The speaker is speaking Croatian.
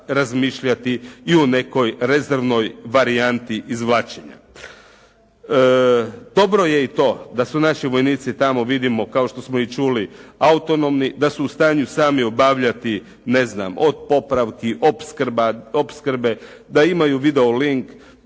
i o nekoj rezervnoj varijanti izvlačenja. Dobro je i to da su naši vojnici tamo, vidimo, kao što smo i čuli autonomni. Da su u stanju sami obavljati, ne znam, od popravki, opskrba, opskrbe. Da imaju video link,